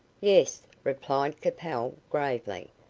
yes, replied capel, gravely.